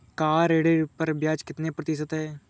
Car ऋण पर ब्याज कितने प्रतिशत है?